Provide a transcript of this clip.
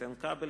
איתן כבל,